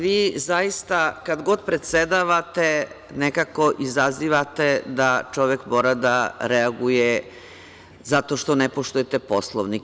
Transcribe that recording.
Vi zaista kad god predsedavate nekako izazivate da čovek mora da reaguje zato što ne poštujete Poslovnik.